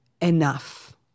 enough